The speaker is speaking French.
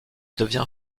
devient